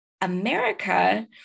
America